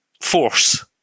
force